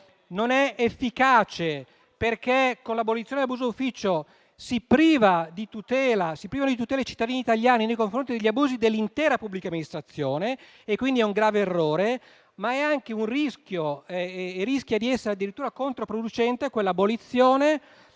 Non è efficace perché con l'abolizione dell'abuso d'ufficio si privano di tutela i cittadini italiani nei confronti degli abusi dell'intera pubblica amministrazione, quindi è un grave errore. Tale abolizione rischia inoltre di essere addirittura controproducente perché sappiamo